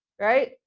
right